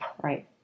Right